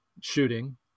shooting